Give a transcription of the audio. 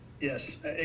Yes